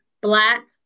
Black